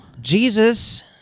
Jesus